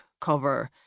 cover